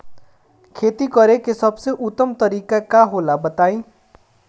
खेती करे के सबसे उत्तम तरीका का होला बताई?